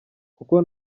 kuko